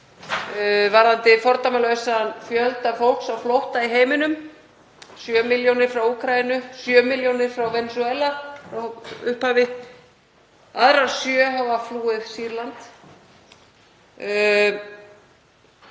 varðandi fordæmalausan fjölda fólks á flótta í heiminum; 7 milljónir frá Úkraínu og 7 milljónir frá Venesúela frá upphafi. Aðrar 7 hafa flúið Sýrland.